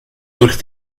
durch